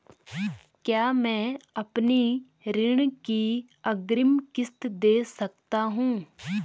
क्या मैं अपनी ऋण की अग्रिम किश्त दें सकता हूँ?